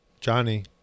Johnny